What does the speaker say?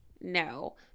No